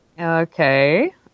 Okay